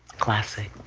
classic.